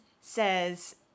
says